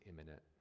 imminent